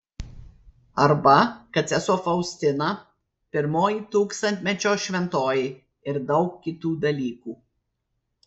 arba kad sesuo faustina pirmoji tūkstantmečio šventoji ir daug kitų dalykų